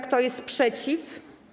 Kto jest przeciw?